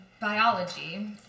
biology